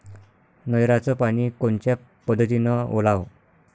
नयराचं पानी कोनच्या पद्धतीनं ओलाव?